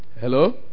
Hello